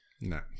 No